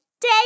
Day